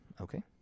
Okay